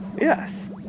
yes